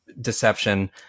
deception